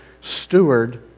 steward